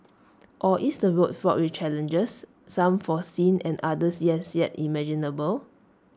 or is the road fraught with challenges some foreseen and others yes yet imaginable